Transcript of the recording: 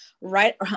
right